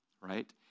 right